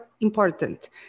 important